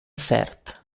cert